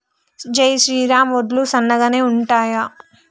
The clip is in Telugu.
జై శ్రీరామ్ వడ్లు సన్నగనె ఉంటయా?